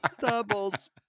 Doubles